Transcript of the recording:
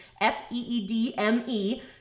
F-E-E-D-M-E